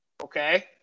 Okay